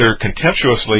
contemptuously